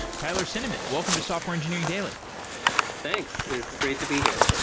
tyler cinnamon, welcome to software engineering daily thanks. it's great to be here